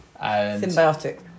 Symbiotic